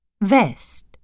Vest